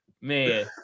man